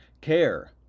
care